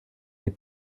des